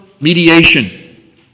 mediation